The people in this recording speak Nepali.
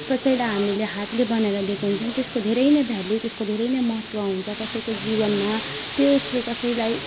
कसैलाई हामीले हातले बनाएर दिएको हुन्छौँ त्यसको धेरै नै भ्याल्यू त्यसको धेरै नै महत्त्व हुन्छ कसैको जीवनमा त्यसले कसैलाई